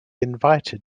invited